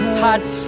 touch